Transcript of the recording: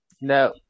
No